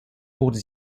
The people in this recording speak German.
wurde